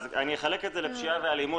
אני אחלק את זה לפשיעה ואלימות,